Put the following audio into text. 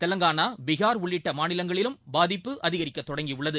தெலங்கானா பீஹார் உள்ளிட்டமாநிலங்களிலும் பாதிப்பு அதிகரிக்கதொடங்கியுள்ளது